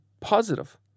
positive